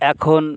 এখন